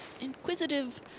inquisitive